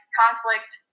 conflict